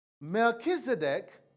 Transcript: Melchizedek